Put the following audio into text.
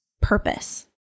purpose